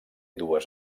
dues